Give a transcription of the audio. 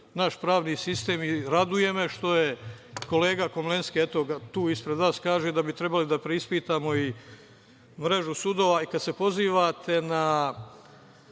naš pravni sistem. Raduje me što je kolega Komlenski, eto ga tu ispred vas, rekao da bi trebalo da preispitamo i mrežu sudova i kad se pozivate na